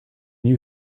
you